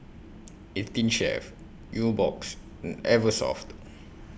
eighteen Chef Nubox and Eversoft